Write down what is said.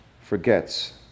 forgets